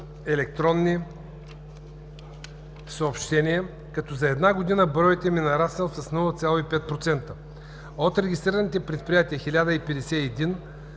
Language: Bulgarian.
електронни съобщения като за една година броят им е нараснал с 0,5 %. От регистрираните предприятия 1051